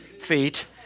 Feet